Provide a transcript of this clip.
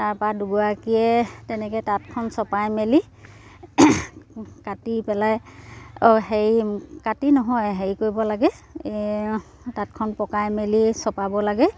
তাৰপৰা দুগৰাকীয়ে তেনেকৈ তাঁতখন চপাই মেলি কাটি পেলাই অ' হেৰি কাটি নহয় হেৰি কৰিব লাগে এই তাঁতখন পকাই মেলি চপাব লাগে